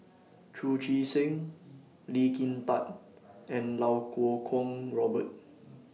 Chu Chee Seng Lee Kin Tat and Iau Kuo Kwong Robert